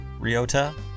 Ryota